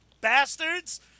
bastards